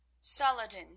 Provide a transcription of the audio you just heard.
saladin